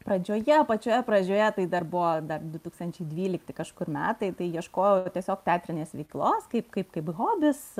pradžioje pačioje pradžioje tai dar buvo dar du tūkstančiai dvylikti kažkur metai tai ieškojau tiesiog teatrinės veiklos kaip kaip kaip hobis